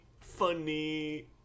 Funny